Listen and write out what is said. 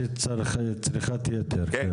יש צריכת יתר, כן.